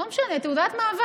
יצטרכו תעודת מעבר